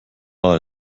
war